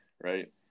right